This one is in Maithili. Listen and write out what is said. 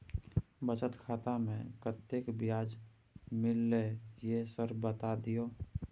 बचत खाता में कत्ते ब्याज मिलले ये सर बता दियो?